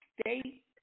state